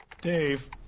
Dave